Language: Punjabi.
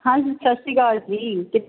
ਹਾਂਜੀ ਸਤਿ ਸ਼੍ਰੀ ਅਕਾਲ ਜੀ ਕੀ